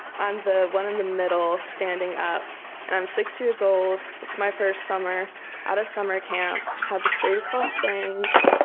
i'm the one in the middle standing up and i'm six years old it's my first summer at a summer camp. had the straight across bangs.